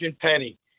Penny